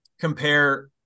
compare